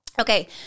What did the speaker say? Okay